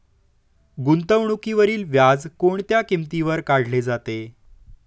गुंतवणुकीवरील व्याज कोणत्या किमतीवर काढले जाते?